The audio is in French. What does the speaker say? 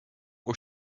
aux